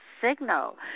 signal